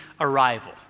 arrival